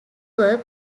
were